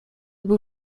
był